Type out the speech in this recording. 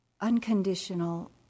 unconditional